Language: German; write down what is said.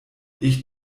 ich